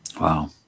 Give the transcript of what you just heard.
wow